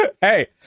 hey